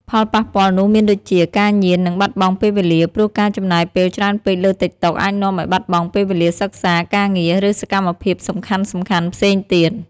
ផលប៉ះពាល់នោះមានដូចជា ការញៀន និងបាត់បង់ពេលវេលា ព្រោះការចំណាយពេលច្រើនពេកលើតិកតុកអាចនាំឱ្យបាត់បង់ពេលវេលាសិក្សា ការងារ ឬសកម្មភាពសំខាន់ៗផ្សេងទៀត។